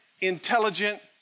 intelligent